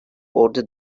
ordu